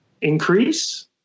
Increase